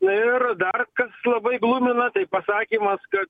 na ir dar kas labai glumina tai pasakymas kad